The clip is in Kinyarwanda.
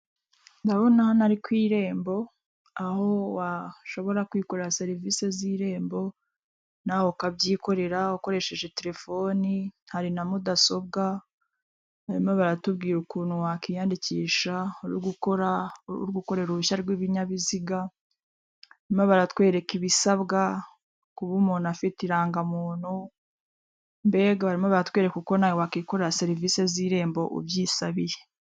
Ndabona hano ari ku irembo, aho washobora kwikorera serivisi z'irembo, nawe ukabyikorera ukoresheje telefone, hari na mudasobwa, barimo baratubwira ukuntu wakwiyandikisha, uri gukorakorera uruhushya rw'ibinyabiziga, barimo baratwereka ibisabwa, kuba umuntu afite irangamuntu, mbega barimo batwereka uko nawe wakwikorera serivisi z'irembo ubyisabiye.